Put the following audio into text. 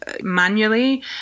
manually